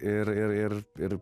ir ir ir ir